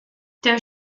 der